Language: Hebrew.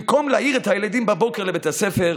במקום להעיר את הילדים בבוקר לבית הספר,